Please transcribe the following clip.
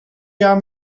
jaar